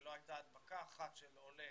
ולא הייתה הדבקה אחת של עולה